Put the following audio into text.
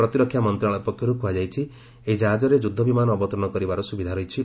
ପ୍ରତିରକ୍ଷା ମନ୍ତଶାଳୟ ପକ୍ଷରୁ କୁହାଯାଇଛି ଯେ ଏହି ଜାହାଜରେ ଯୁଦ୍ଧ ବିମାନ ଅବତରଣ କରିବାର ସୁବିଧା ରହିଛି